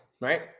right